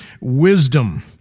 wisdom